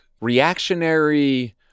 reactionary